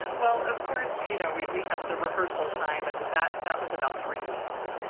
well, of course, you know, we we have the rehearsal time and that that was about three weeks.